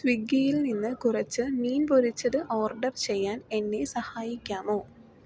സ്വിഗ്ഗിയിൽ നിന്ന് കുറച്ച് മീൻ പൊരിച്ചത് ഓർഡർ ചെയ്യാൻ എന്നെ സഹായിക്കാമോ